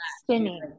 spinning